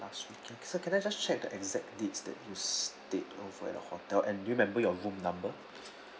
last weekend sir can I just check the exact dates that you stayed of at our hotel and do you remember your room number